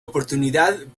oportunidad